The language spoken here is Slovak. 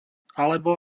alebo